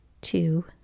two